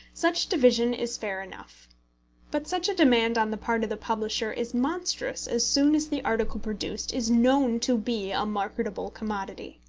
such division is fair enough but such a demand on the part of the publisher is monstrous as soon as the article produced is known to be a marketable commodity.